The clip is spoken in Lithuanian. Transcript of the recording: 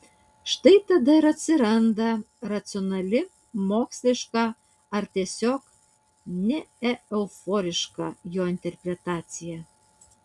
štai tada ir atsiranda racionali moksliška ar tiesiog neeuforiška jo interpretacija